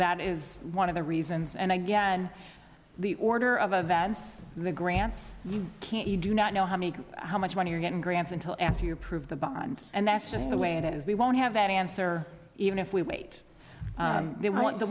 that is one of the reasons and again the order of events the grants you can't you do not know how many how much money you're getting grants until after you approve the bond and that's just the way it is we won't have any answer even if we wait they want the